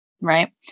right